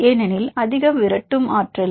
ஏனெனில் அதிக விரட்டும் ஆற்றல்